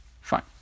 Fine